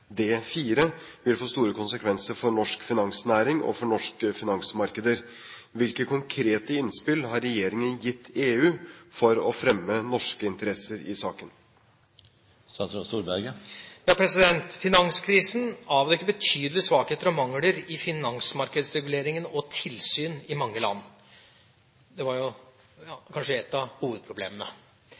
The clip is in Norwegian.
vil få store konsekvenser for norsk finansnæring og for norske finansmarkeder. Hvilke konkrete innspill har regjeringen gitt EU for å fremme norske interesser i saken?» Finanskrisen avdekket betydelige svakheter og mangler i finansmarkedsregulering og tilsyn i mange land. Det var jo kanskje ett av hovedproblemene.